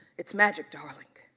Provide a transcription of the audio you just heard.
it's magic, darling.